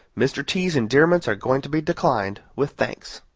mr. t s endearments are going to be declined, with thanks.